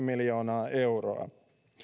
miljoonaa euroa